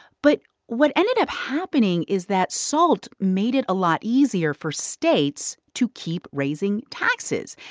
but what ended up happening is that salt made it a lot easier for states to keep raising taxes.